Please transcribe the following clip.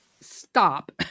stop